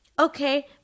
Okay